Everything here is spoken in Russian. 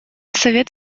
совет